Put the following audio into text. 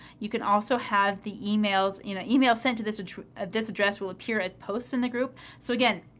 you can also have the emails you know, email sent to this at this address will appear as posts in the group. so again,